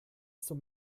zum